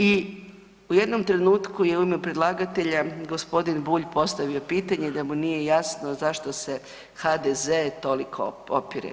I u jednom trenutku je u ime predlagatelja g. Bulj postavio pitanje da mu nije jasno zašto se HDZ toliko opire.